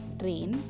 train